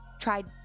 tried